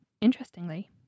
interestingly